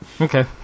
Okay